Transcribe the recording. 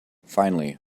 finally